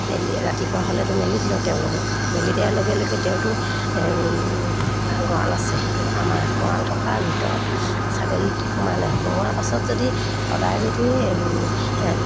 মেলি ৰাতিপুৱা হ'লেতো মেলি দিওঁ তেওঁলোকক মেলি দিয়াৰ লগে লগে তেওঁতো গঁৰাল আছে আমাৰ গঁৰাল থকাৰ ভিতৰত ছাগলী সোমালে সোমোৱাৰ পাছত যদি সদায় যদি তাত